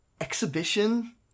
exhibition